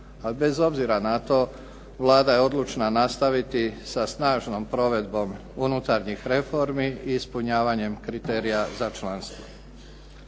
bez obzira na to Vlada je odlučna nastaviti sa snažnom provedbom unutarnjih reformi i ispunjavanjem kriterija za članstvo.